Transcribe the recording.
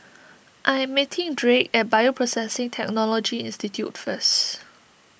I am meeting Drake at Bioprocessing Technology Institute first